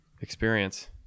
experience